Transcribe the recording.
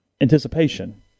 anticipation